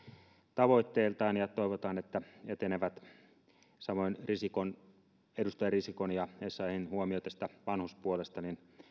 tavoitteiltaan ja toivotaan että ne etenevät samoin edustaja risikon ja essayahin huomio vanhuspuolesta